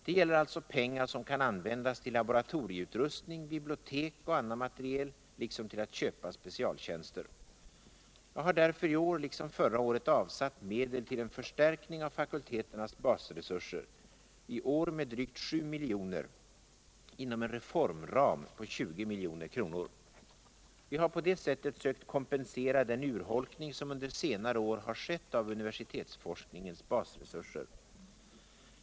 Det gäller alltså pengar som kan an vändas till luboratorieutrustning, bibliotek och annan materiel liksom till att köpa specialtjänster. Jag har därför i år liksom förra året avsatt medel till en förstärkning av fakulteternas basresurser — i år med drygt 7 milj.kr. inom en reformram på 20 milj.kr. Vi har på det sättet sökt kompensera den urholkning som under senare är har skett av universitetsforskningens basresurser.